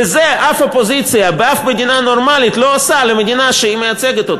ואת זה אף אופוזיציה באף מדינה נורמלית לא עושה למדינה שהיא מייצגת.